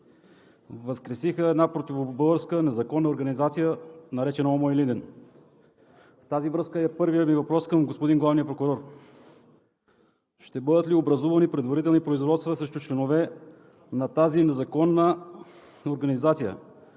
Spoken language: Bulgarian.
възкресиха една противобългарска незаконна организация, наречена ОМО – Илинден. В тази връзка е първият ми въпрос към господин главния прокурор: ще бъдат ли образувани предварителни производства срещу членове на тази незаконна организация?